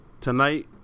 tonight